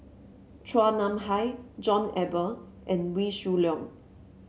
Chua Nam Hai John Eber and Wee Shoo Leong